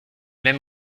même